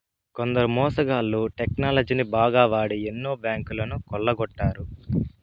కొందరు మోసగాళ్ళు టెక్నాలజీని బాగా వాడి ఎన్నో బ్యాంకులను కొల్లగొట్టారు